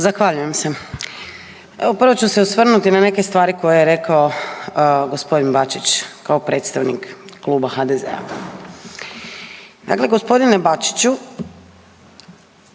Zahvaljujem se. Prvo ću se osvrnuti na neke stvari koje je rekao g. Bačić kao predstavnik Kluba HDZ-a. Dakle, g. Bačiću,